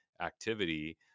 activity